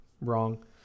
wrong